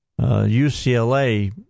UCLA